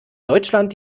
deutschland